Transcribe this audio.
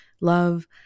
love